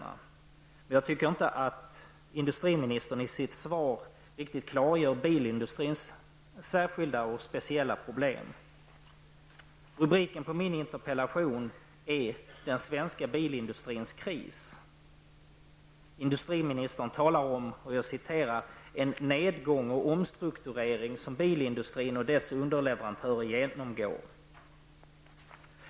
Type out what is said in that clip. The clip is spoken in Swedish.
Men jag tycker inte att industriministern i sitt svar riktigt klargör bilindustrins speciella problem. Rubriken på min interpellation är Den svenska bilindustrins kris. Industriministern talar om ''den nedgång och omstrukturering som bilindustrin och dess underleverantörer genomgår''.